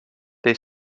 they